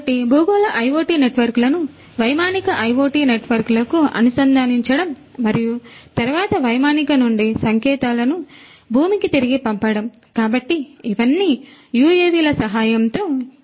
కాబట్టి భూగోళ IoT నెట్వర్క్లను వైమానిక IoT నెట్వర్క్లకు అనుసంధానించడం మరియు తరువాత వైమానిక నుండి సంకేతాలను భూమికి తిరిగి పంపడం కాబట్టి ఇవన్నీ UAV ల సహాయంతో చేయవచ్చు